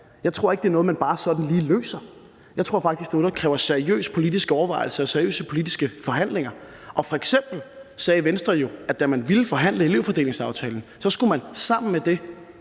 Jeg tror ikke, at det er noget, man bare sådan lige løser. Jeg tror faktisk, det er noget, der kræver seriøse politiske overvejelser og seriøse politiske forhandlinger. F.eks. sagde Venstre jo, da man ville forhandle elevfordelingsaftalen, at man skulle have sammenkoblet